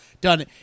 done